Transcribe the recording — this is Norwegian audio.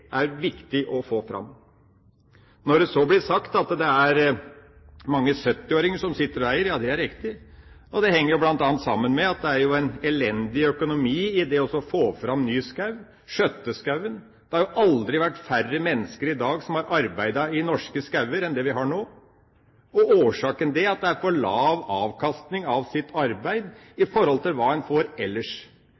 er det viktig å få fram. Når det så blir sagt at det er mange 70-åringer som sitter og eier, er det riktig. Det henger bl.a. sammen med at det er en elendig økonomi i det å få fram ny skog og skjøtte skogen. Det har aldri vært færre mennesker som arbeider i norske skoger enn det er nå. Årsaken til det er at de får for lav avkastning av sitt arbeid i